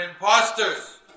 imposters